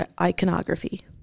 iconography